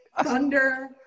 thunder